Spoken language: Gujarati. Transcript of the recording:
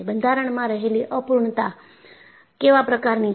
બંધારણમાં રહેલી અપૂર્ણતા કેવા પ્રકારની છે